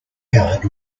guard